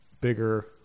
bigger